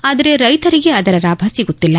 ಆದರೆ ರೈತರಿಗೆ ಅದರ ಲಾಭ ಸಿಗುತ್ತಿಲ್ಲ